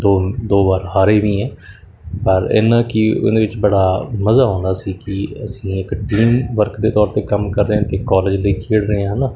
ਦੋ ਦੋ ਵਾਰ ਹਾਰੇ ਵੀ ਹੈ ਪਰ ਇੰਨਾ ਕਿ ਉਹਦੇ ਵਿੱਚ ਬੜਾ ਮਜ਼ਾ ਆਉਂਦਾ ਸੀ ਕਿ ਅਸੀਂ ਇੱਕ ਟੀਮ ਵਰਕ ਦੇ ਤੌਰ 'ਤੇ ਕੰਮ ਕਰ ਰਹੇ ਹਾਂ ਅਤੇ ਕੋਲਜ ਲਈ ਖੇਡ ਰਹੇ ਹਾਂ ਹੈ ਨਾ